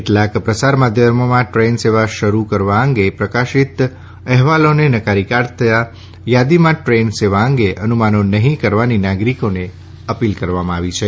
કેટલાંક પ્રસાર માધ્યમોમાં દ્રેન સેવા શરૂ થવા અંગે પ્રકાશિત એહવાલોને નકારી કાઢતાં યાદીમાં દ્રેન સેવા અંગે અનુમાનો નહીં કરવાની નાગરિકોને અપીલ કરાઈ છે